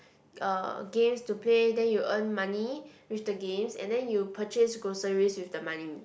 uh games to play then you earn money with the games and then you purchase groceries with the money